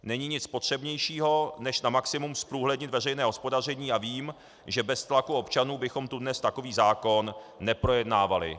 Není nic potřebnějšího než na maximum zprůhlednit veřejné hospodaření a vím, že bez tlaku občanů bychom tu dnes takový zákon neprojednávali.